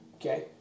Okay